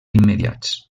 immediats